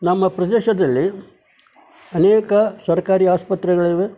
ನಮ್ಮ ಪ್ರದೇಶದಲ್ಲಿ ಅನೇಕ ಸರ್ಕಾರಿ ಆಸ್ಪತ್ರೆಗಳಿವೆ